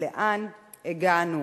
לאן הגענו?